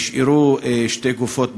נשארו שתי גופות,